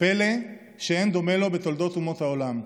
פלא שאין דומה לו בתולדות אומות העולם,